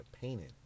painting